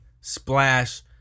Splash